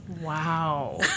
Wow